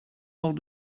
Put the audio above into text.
hors